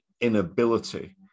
inability